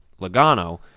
Logano